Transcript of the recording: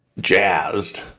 jazzed